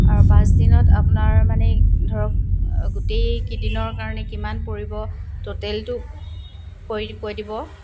আৰু পাঁচদিনত আপোনাৰ মানে ধৰক গোটেইকেইদিনৰ কাৰণে কিমান পৰিব টোটেলটো কৰি কৈ দিব